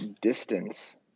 distance